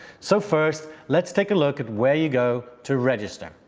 so first, let's take a look at where you go to register.